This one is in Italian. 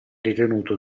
ritenuto